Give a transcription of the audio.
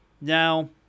Now